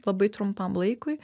labai trumpam laikui